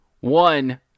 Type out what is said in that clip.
One